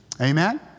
Amen